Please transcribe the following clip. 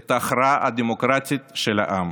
את ההכרעה הדמוקרטית של העם,